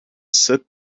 sit